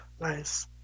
Nice